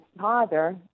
father